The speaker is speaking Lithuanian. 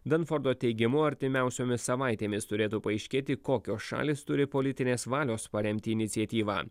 danfordo teigimu artimiausiomis savaitėmis turėtų paaiškėti kokios šalys turi politinės valios paremti iniciatyvą